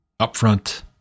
upfront